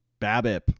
BABIP